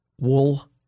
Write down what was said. wool